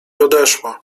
odeszła